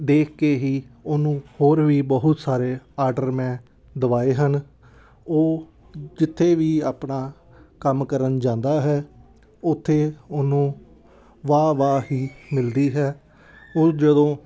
ਦੇਖ ਕੇ ਹੀ ਉਹਨੂੰ ਹੋਰ ਵੀ ਬਹੁਤ ਸਾਰੇ ਆਡਰ ਮੈਂ ਦਵਾਏ ਹਨ ਉਹ ਜਿੱਥੇ ਵੀ ਆਪਣਾ ਕੰਮ ਕਰਨ ਜਾਂਦਾ ਹੈ ਉੱਥੇ ਉਹਨੂੰ ਵਾਹ ਵਾਹ ਹੀ ਮਿਲਦੀ ਹੈ ਉਹ ਜਦੋਂ